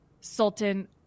Sultan